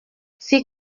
c’est